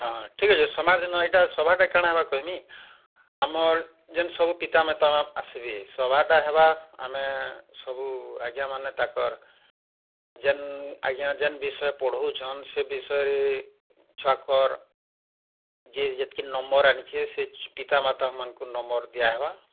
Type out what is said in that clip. ହଁ ଠିକ୍ ଅଛି ସୋମବାର ଦିନ ଏଇଟା ସଭାଟା କାଣା ହବ କହିବି ଆମର ଯେମ୍ତି ସବୁ ପିତାମାତା ଆସିବେ ସଭାଟା ହେବା ଆମେ ସବୁ ଆଜ୍ଞା ମାନେ ତାଙ୍କର ଯେନ ଆଜ୍ଞା ଯେନ୍ ବିଷୟ ପଢ଼ାଉଛନ ସେ ବିଷୟରେ ଛୁଆଙ୍କର ଯେ ଯେତିକି ନମ୍ବର୍ ଆଣିଛେ ସେ ପିତାମାତା ମାନଙ୍କୁ ନମ୍ବର ଦିଆ ହେବା